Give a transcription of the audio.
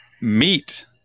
meat